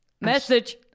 Message